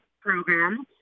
program